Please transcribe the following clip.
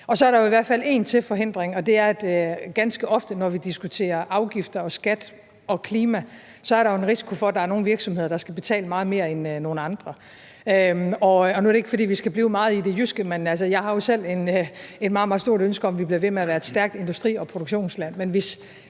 om. Så er der i hvert fald en til forhindring, og det er, at ganske ofte, når vi diskuterer afgifter og skat og klima, er der en risiko for, at der er nogle virksomheder, der skal betale meget mere end nogle andre. Nu er det ikke, fordi vi skal blive meget i det jyske, men jeg har jo selv et meget, meget stort ønske om, at vi bliver ved med at være et stærkt industri- og produktionsland,